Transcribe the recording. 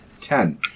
Ten